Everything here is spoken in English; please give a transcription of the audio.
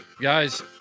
Guys